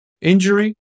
injury